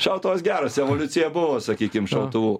šautuvas geras evoliucija buvo sakykim šautuvų